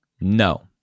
no